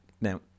Now